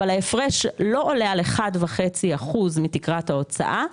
אבל ההפרש לא עולה על 1.5% מתקרת ההוצאה,